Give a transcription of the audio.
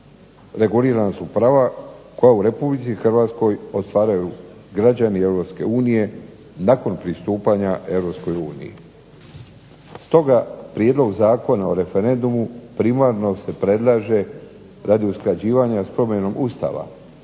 regulirana su prava koja u RH ostvaruju građani EU nakon pristupanja EU. Stoga prijedlog Zakona o referendumu primarno se predlaže radi usklađivanja spomenom Ustava,